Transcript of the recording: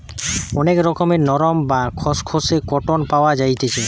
অনেক রকমের নরম, বা খসখসে কটন পাওয়া যাইতেছি